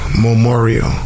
Memorial